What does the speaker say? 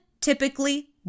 typically